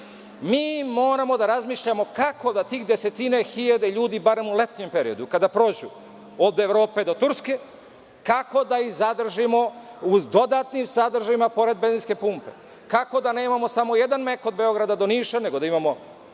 moramo da razmišljamo kako da tih desetine hiljada ljudi, barem u letnjem periodu, kada prođu od Evrope do Turske, kako da ih zadržimo u dodatnim sadržajima pored benzinske pumpe. Kako da nemamo samo jedan „Mek“ od Beograda do Niša, nego da imamo